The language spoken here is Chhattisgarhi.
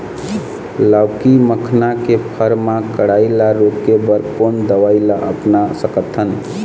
लाउकी मखना के फर मा कढ़ाई ला रोके बर कोन दवई ला अपना सकथन?